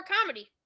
comedy